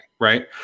right